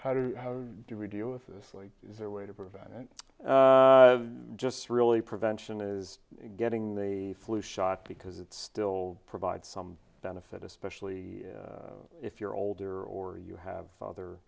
you how do we deal with this like is there a way to prevent it just really prevention is getting the flu shot because it's still provide some benefit especially if you're older or you have